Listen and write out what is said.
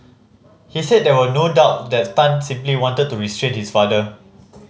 he said there was no doubt that Tan simply wanted to restrain his father